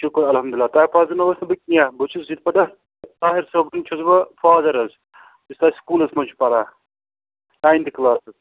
شُکُر الحمدُ اللہ تۄہہِ پرٛزنوہوس نہٕ بہٕ کیٚنٛہہ بہٕ چھُس یِتھٕ پٲٹھۍ حظ طاہِر صٲبُن چھُس بہٕ فادر حظ یُس تۄہہِ سکوٗلَس منٛز چھُ پَران نایِنتھٕ کٕلاسَس